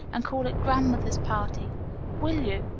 and call it grandmother's party will you?